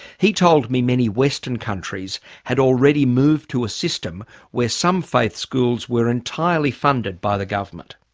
he told me many western countries had already moved to a system where some faith schools were entirely funded by the government.